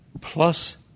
plus